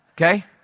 Okay